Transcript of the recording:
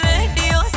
Radio